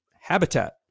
habitat